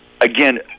Again